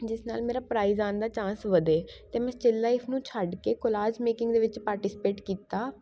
ਜਿਸ ਨਾਲ ਮੇਰਾ ਪ੍ਰਾਈਜ਼ ਆਉਣ ਦਾ ਚਾਂਸ ਵਧੇ ਅਤੇ ਮੈਂ ਸਟਿੱਲ ਲਾਈਫ ਨੂੰ ਛੱਡ ਕੇ ਕੌਲਾਜ਼ ਮੇਕਿੰਗ ਦੇ ਵਿੱਚ ਪਾਟੀਸਪੇਟ ਕੀਤਾ